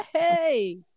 hey